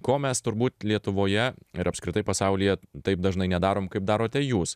ko mes turbūt lietuvoje ir apskritai pasaulyje taip dažnai nedarom kaip darote jūs